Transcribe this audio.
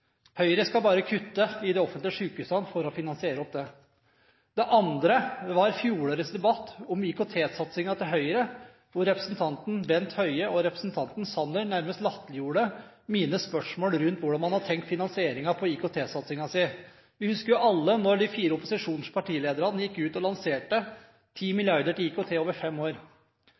Høyre skal bare kutte i de offentlige sykehusene for å finansiere dette. Det andre gjelder fjorårets debatt om IKT-satsingen til Høyre, da representantene Bent Høie og Jan Tore Sanner nærmest latterliggjorde mine spørsmål om hvordan de hadde tenkt å finansiere IKT-satsingen sin. Vi husker alle da de fire opposisjonslederne gikk ut og lanserte 10 mrd. kr til IKT over fem år.